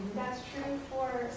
that's true for